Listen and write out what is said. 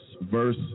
verse